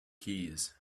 keys